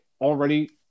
already